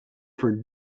for